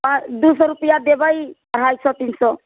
अहाँ दू सए रुपैआ देबै अढ़ाइ सए तीन सए